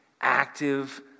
active